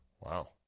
Wow